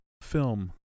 film